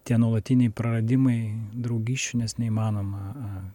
tie nuolatiniai praradimai draugysčių nes neįmanoma